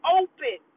open